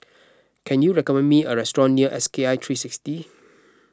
can you recommend me a restaurant near S K I three sixty